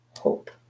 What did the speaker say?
hope